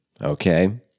Okay